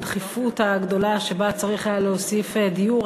בדחיפות הגדולה שבה היה צריך להוסיף דיור,